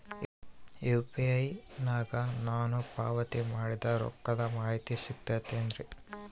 UPI ನಾಗ ನಾನು ಪಾವತಿ ಮಾಡಿದ ರೊಕ್ಕದ ಮಾಹಿತಿ ಸಿಗುತೈತೇನ್ರಿ?